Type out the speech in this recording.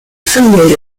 affiliated